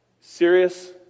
Serious